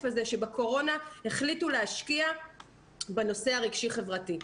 הזה שבקורונה החליטו להשקיע בנושא הרגשי חברתי.